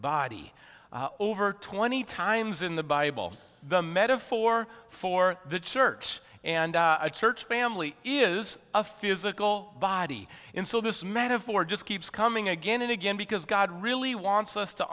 body over twenty times in the bible the metaphor for the church and a church family is a physical body in so this metaphor just keeps coming again and again because god really wants us to